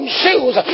shoes